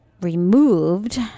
removed